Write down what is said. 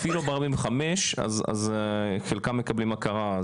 אפילו ב-45 אז חלקם מקבלים הכרה,